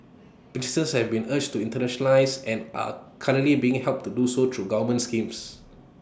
businesses have been urged to internationalise and are currently being helped to do so through government schemes